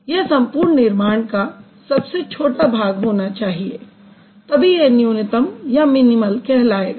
यह संपूर्ण निर्माण का सबसे छोटा भाग होना चाहिए तभी यह न्यूनतम या मिनिमल कहा जाएगा